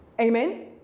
Amen